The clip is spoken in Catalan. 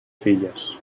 filles